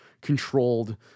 controlled